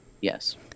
yes